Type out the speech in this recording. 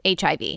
HIV